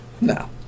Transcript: no